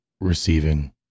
Receiving